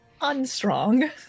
unstrong